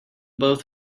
both